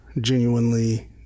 genuinely